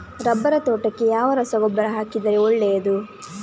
Rubber ತೋಟಕ್ಕೆ ಯಾವ ರಸಗೊಬ್ಬರ ಹಾಕಿದರೆ ಒಳ್ಳೆಯದು?